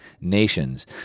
nations